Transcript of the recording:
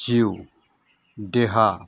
जिउ देहा